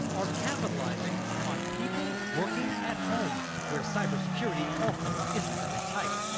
are capitalizing on people working at home where cyber security often isn't very tight.